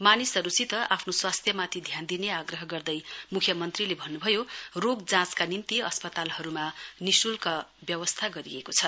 मानिसहरूसित आफ्नो स्वास्थ्य माथि ध्यान दिने आग्रह गर्दै मुख्यमन्त्रीले भन्नु भयो रोग जाँचका निम्ति अस्पतालमा निशुलक व्यवस्था गरिएको छ